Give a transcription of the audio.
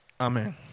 Amen